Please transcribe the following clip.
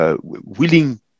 willing